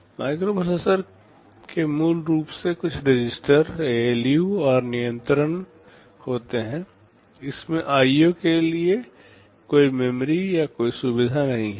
एक माइक्रोप्रोसेसर में मूल रूप से कुछ रजिस्टर एएलयू और नियंत्रण होते हैं इसमें आईओ के लिए कोई मेमोरी या कोई सुविधा नहीं है